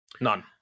None